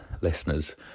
listeners